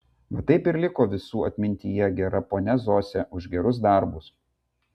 va taip ir liko visų atmintyje gera ponia zosė už gerus darbus